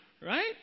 right